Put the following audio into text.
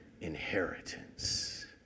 inheritance